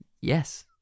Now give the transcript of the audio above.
Yes